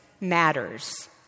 matters